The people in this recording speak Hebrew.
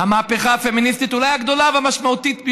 המהפכה הפמיניסטית, אולי הגדולה והמשמעותית ביותר.